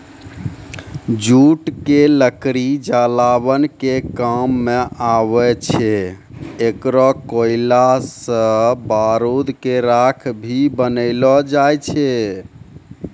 jute के लकड़ी जलावन के काम मॅ आवै छै, एकरो कोयला सॅ बारूद के राख भी बनैलो जाय छै